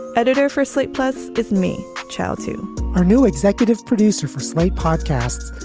editor for slate plus it's me child to our new executive producer for slate podcasts.